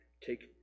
take